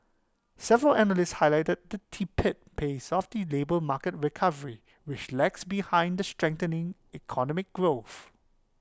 several analysts highlighted the tepid pace of the labour market recovery which lags behind the strengthening economic growth